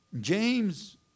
James